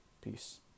Peace